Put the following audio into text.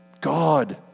God